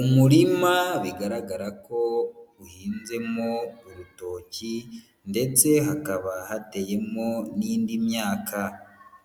Umurima bigaragara ko uhinzemo urutoki ndetse hakaba hateyemo n'indi myaka,